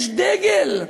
יש דגל,